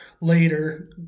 later